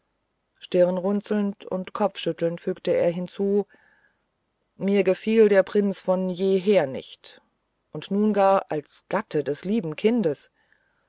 stirnrunzelnd und kopfschüttelnd fügte er hinzu mir gefiel der prinz von jeher nicht und nun gar als gatte des lieben kindes